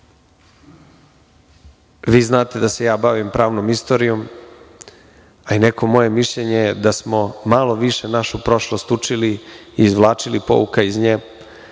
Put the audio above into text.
vi znate da se ja bavim pravnom istorijom, a i neko moje mišljenje je da smo malo više našu prošlost učili i izvlačili pouka iz nje,